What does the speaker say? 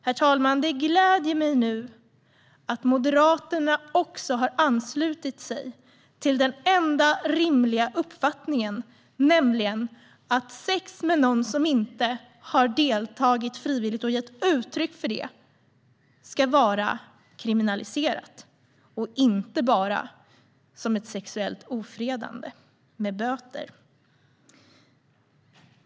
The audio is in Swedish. Det gläder mig nu, herr talman, att Moderaterna också har anslutit sig till den enda rimliga uppfattningen, nämligen att sex med någon som inte har deltagit frivilligt och har gett uttryck för det ska vara kriminaliserat, och inte bara som ett sexuellt ofredande som straffas med böter.